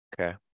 Okay